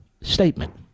statement